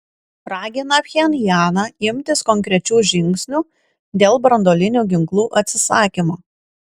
ragina pchenjaną imtis konkrečių žingsnių dėl branduolinių ginklų atsisakymo